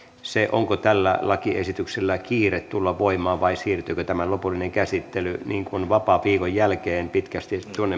arvioivat sen onko tällä lakiesityksellä kiire tulla voimaan vai siirtyykö tämän lopullinen käsittely vapaaviikon jälkeen pitkästi